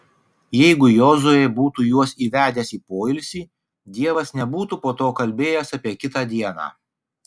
jeigu jozuė būtų juos įvedęs į poilsį dievas nebūtų po to kalbėjęs apie kitą dieną